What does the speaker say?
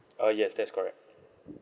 uh yes that's correct